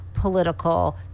Political